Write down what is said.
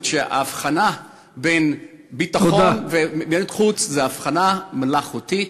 שההבחנה בין ביטחון לחוץ זו הבחנה מלאכותית,